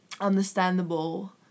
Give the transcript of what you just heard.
understandable